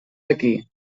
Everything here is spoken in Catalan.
aquí